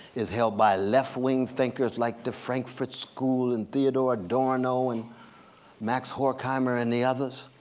it's held by left-wing thinkers like the frankfurt school and theodor adorno, and max horkheimer, and the others.